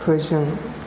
फोजों